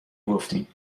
گفتین